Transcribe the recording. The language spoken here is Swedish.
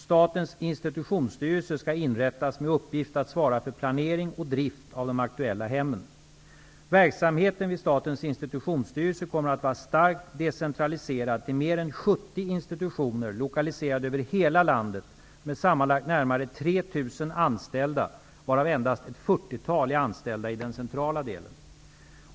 Statens institutionsstyrelse skall inrättas med uppgift att svara för planering och drift av de aktuella hemmen. Verksamheten vid Statens institutionsstyrelse kommer att vara starkt decentraliserad till mer än 70 institutioner lokaliserade över hela landet med sammanlagt närmare 3 000 anställda varav endast ett fyrtiotal är anställda i den centrala delen.